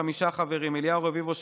חמישה חברים: אליהו רביבו,